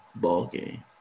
ballgame